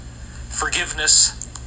forgiveness